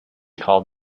called